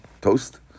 Toast